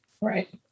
Right